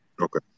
Okay